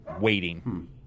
waiting